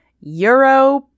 Euro